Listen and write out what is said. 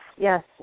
yes